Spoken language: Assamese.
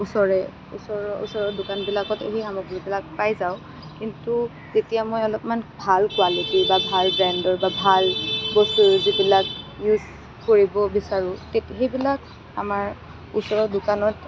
ওচৰে ওচৰ ওচৰৰ দোকানবিলাকতো সেই সামগ্ৰীবিলাক পাই যাওঁ কিন্তু যেতিয়া মই অলপমান ভাল কোৱালিটি বা ভাল ব্ৰেণ্ডৰ বা ভাল বেছি যিবিলাক ইউজ কৰিব বিচাৰোঁ সেইবিলাক আমাৰ ওচৰৰ দোকানত